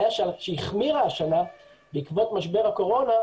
בעיה שהחמירה השנה בעקבות משבר הקורונה,